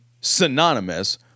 synonymous